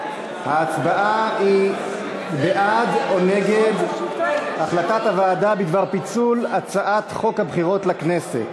ההצבעה היא בעד או נגד החלטת הוועדה בדבר פיצול הצעת חוק הבחירות לכנסת